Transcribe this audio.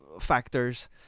factors